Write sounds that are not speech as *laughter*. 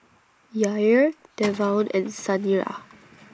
Yair *noise* Devaughn and Saniyah